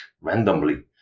randomly